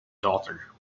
daughter